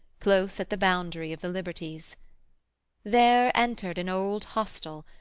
close at the boundary of the liberties there, entered an old hostel,